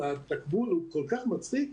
התקבול הוא כל כך מצחיק,